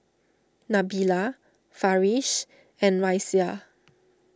Nabila Farish and Raisya